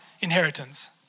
inheritance